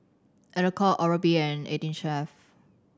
Alcott Oral B and Eighteen Chef